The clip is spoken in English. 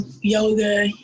yoga